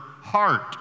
heart